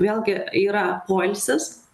vėlgi yra poilsis